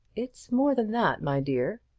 it's more than that, my dear.